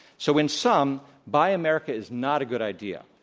so in sum, buy america is not a good idea.